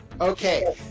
Okay